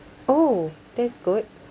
oh that's good